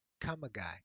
Kamagai